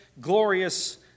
glorious